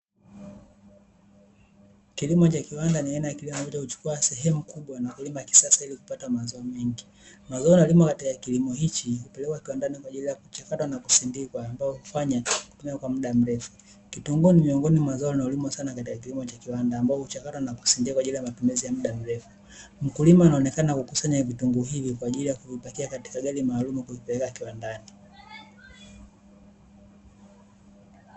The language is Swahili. Kilimo cha kiwanda ni aina kilimo, ambacho kinachukua sehemu kubwa na kulima kisasa ili kupata mazao mengi. Mazao yanayolimwa katika kilimo hiki hupelekwa kiwandani kwa ajili ya kuchakatwa na kusindikwa, ambayo hufanywa kwa muda mrefu. Kitunguu ni miongoni mwa zao linalolimwa sana katika kiwanda, ambalo huchakata na kusindikwa kwa ajili ya matumizi ya muda mrefu, mkulima anaonekana kuvikusanya vitunguu hivi kwa ajili ya kuvipakia katika gari maalumu na kuvipeleka kiwandani.